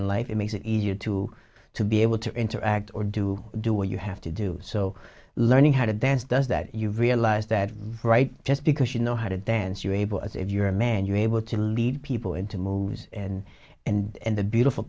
in life it makes it easier to to be able to interact or do do what you have to do so learning how to dance does that you realize that right just because you know how to dance you're able as if you're a man you are able to lead people into moves and and the beautiful